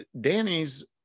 Danny's